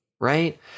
right